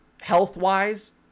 health-wise